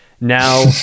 now